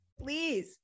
please